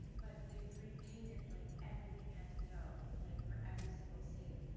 but they repainted, like, everything head to toe, like, for every single scene.